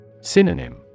Synonym